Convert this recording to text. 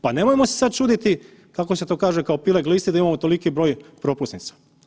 Pa nemojmo se sad čuditi, kako se to kaže kao pile glisti, da imamo toliki broj propusnica.